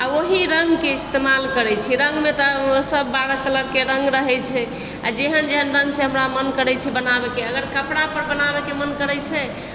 आ ओहि रंगके इस्तेमाल करै छियै रंगमे तऽ सब बारह कलर के रंग रहै छै आ जेहन जेहन रंग से हमरा मन करै छै बनाबै के अगर कपड़ा पर बनाबै के मन करै छै